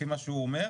לפי מה שהוא מצהיר,